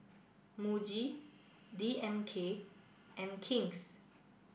Muji D M K and King's